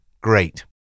great